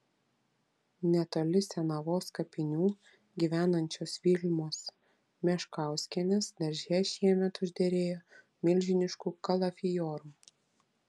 netoli senavos kapinių gyvenančios vilmos meškauskienės darže šiemet užderėjo milžiniškų kalafiorų